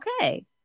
okay